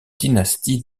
dynasties